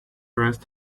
arrest